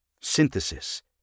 Synthesis